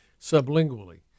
Sublingually